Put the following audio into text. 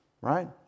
right